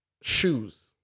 shoes